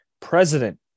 President